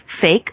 fake